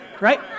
right